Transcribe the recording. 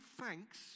thanks